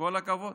כל הכבוד.